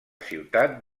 ciutat